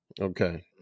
Okay